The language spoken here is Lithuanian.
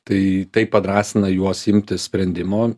tai taip padrąsina juos imtis sprendimo